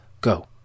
Go